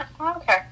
Okay